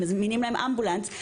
מזמינים להם אמבולנס,